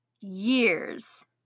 years